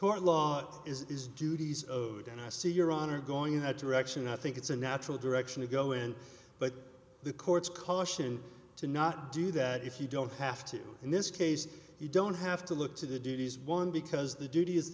tort law is duties of it and i see your honor going in that direction i think it's a natural direction to go in but the courts caution to not do that if you don't have to in this case you don't have to look to the duties one because the duty